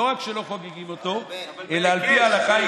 לא רק שלא חוגגים אותו אלא על פי ההלכה,